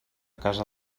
casa